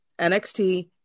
NXT